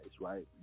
right